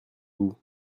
vous